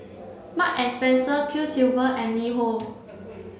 Mark and Spencer Quiksilver and LiHo